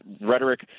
rhetoric